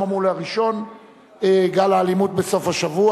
פומביות הדיון בעבירות אלימות במשפחה),